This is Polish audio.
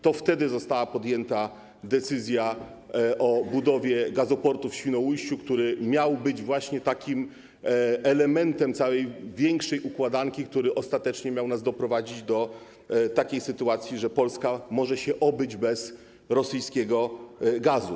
To wtedy została podjęta decyzja o budowie Gazoportu w Świnoujściu, który miał być właśnie takim elementem większej układanki i który ostatecznie miał nas doprowadzić do takiej sytuacji, że Polska będzie mogła obyć się bez rosyjskiego gazu.